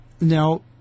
now